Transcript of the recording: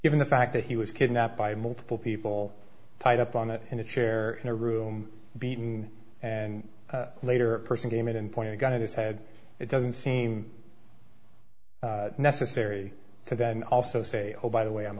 given the fact that he was kidnapped by multiple people tied up on it in a chair in a room beaten and later a person came in and point a gun at his head it doesn't seem necessary to then also say oh by the way